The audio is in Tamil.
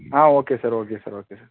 ah okay sir okay sir okay sir